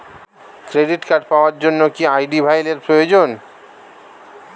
Credit card পাওয়ার জন্য কি আই.ডি ফাইল এর প্রয়োজন?